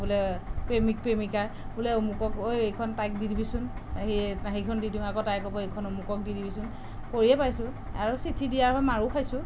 বোলে প্ৰেমিক প্ৰেমিকাৰ বোলে অমুকক ঐ এইখন তাইক দি দিবিচোন সেই সেইখন দি দিওঁ আকৌ তাই ক'ব এইখন অমুকক দি দিবিচোন কৰিয়ে পাইছোঁ আৰু চিঠি দিয়াৰ হৈ মাৰো খাইছোঁ